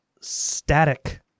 static